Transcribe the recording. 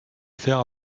faire